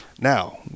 Now